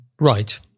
right